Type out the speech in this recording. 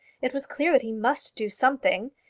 it was clear that he must do something,